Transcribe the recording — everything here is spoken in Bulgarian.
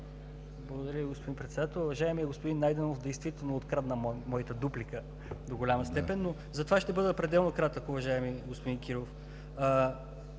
Благодаря, господин Председател. Уважаеми господин Найденов, действително открадна моята дуплика до голяма степен, но затова ще бъда пределно кратък, уважаеми господин Кирилов.